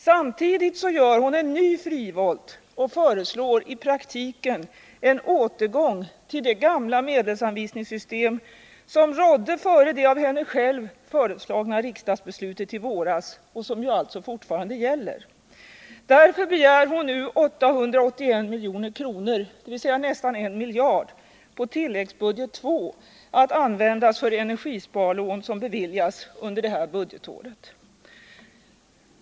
Samtidigt gör hon en ny frivolt och föreslår i praktiken en återgång till det gamla medelsanvisningssystem som rådde före det av henne själv föreslagna riksdagsbeslutet i våras, som ju alltså fortfarande gäller. Därför begär hon nu 881 milj.kr., dvs. nästan en miljard, på tilläggsbudget II att användas för energisparlån som beviljas under det här budgetåret.